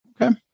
Okay